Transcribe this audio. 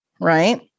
right